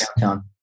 downtown